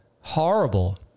horrible